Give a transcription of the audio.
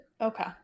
Okay